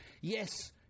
yes